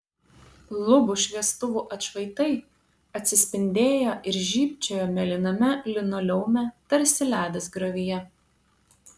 lubų šviestuvų atšvaitai atsispindėjo ir žybčiojo mėlyname linoleume tarsi ledas griovyje